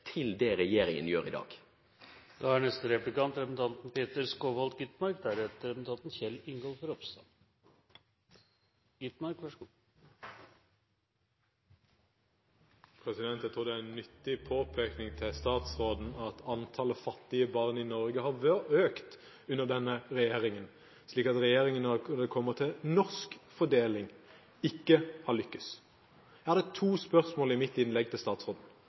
til det regjeringen gjør i dag. Jeg tror det er en nyttig påpekning til statsråden at antallet fattige barn i Norge har økt under denne regjeringen, slik at når det kommer til norsk fordeling, har den ikke lyktes. I mitt innlegg hadde jeg to spørsmål til statsråden. Det ene var knyttet til